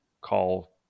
call